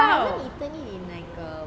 I haven't eaten it like a